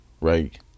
right